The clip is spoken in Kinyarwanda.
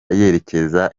yerekeza